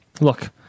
look